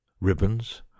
ribbons